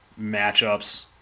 matchups